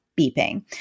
beeping